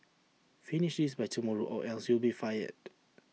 finish this by tomorrow or else you'll be fired